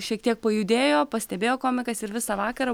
šiek tiek pajudėjo pastebėjo komikas ir visą vakarą